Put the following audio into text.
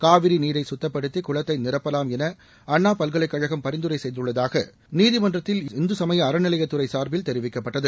காவிரி நீரை குத்தப்படுத்தி குளத்தை நிரப்பலாம் என அண்ணாப் பல்கலைக் கழகம் பரிந்துரை செய்துள்ளதாக முன்னதாக நீதிமன்றத்தில் இந்து சமய அறநிலையத் துறை சார்பில் தெரிவிக்கப்பட்டது